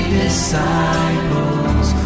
disciples